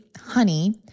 honey